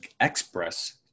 express